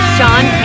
Sean